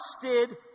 trusted